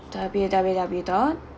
W_W_W dot